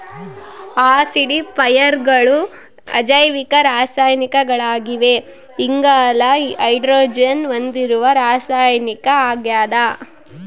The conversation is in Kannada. ಆಸಿಡಿಫೈಯರ್ಗಳು ಅಜೈವಿಕ ರಾಸಾಯನಿಕಗಳಾಗಿವೆ ಇಂಗಾಲ ಹೈಡ್ರೋಜನ್ ಹೊಂದಿರದ ರಾಸಾಯನಿಕ ಆಗ್ಯದ